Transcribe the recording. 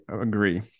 agree